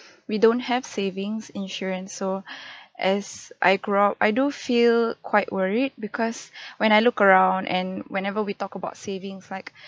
we don't have savings insurance so as I grow up I do feel quite worried because when I look around and whenever we talk about savings like